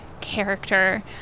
character